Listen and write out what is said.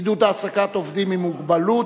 עידוד העסקת עובדים עם מוגבלות),